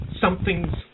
something's